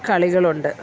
കളികളുണ്ട്